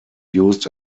used